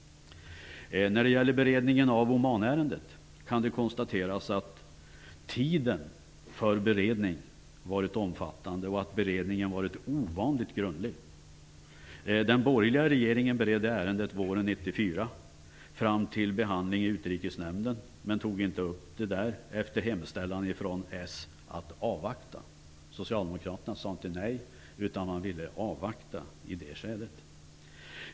När det gället beredningen av Omanärendet kan det konstateras att tiden för beredning varit omfattande och att beredningen varit ovanligt grundlig. Den borgerliga regeringen beredde ärendet våren 1994 fram till behandling i Utrikesnämnden men tog inte upp den där efter hemställan från socialdemokraterna att avvakta. Socialdemokraterna sade inte nej utan ville avvakta i det skedet.